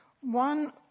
One